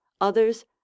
Others